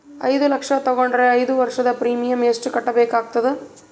ಐದು ಲಕ್ಷ ತಗೊಂಡರ ಐದು ವರ್ಷದ ಪ್ರೀಮಿಯಂ ಎಷ್ಟು ಕಟ್ಟಬೇಕಾಗತದ?